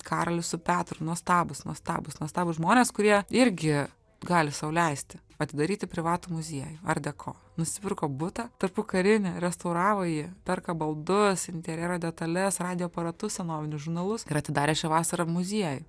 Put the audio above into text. karolis su petru nuostabūs nuostabūs nuostabūs žmonės kurie irgi gali sau leisti atidaryti privatų muziejų art deko nusipirko butą tarpukarinį restauravo jį perka baldus interjero detales radijo aparatus senovinius žurnalus ir atidarė šią vasarą muziejų